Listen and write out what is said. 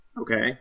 Okay